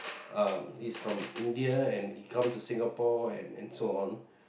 uh he's from India and he comes to Singapore and and so on